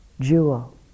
jewel